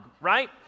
right